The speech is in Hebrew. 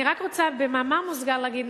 אני רק רוצה במאמר מוסגר להגיד,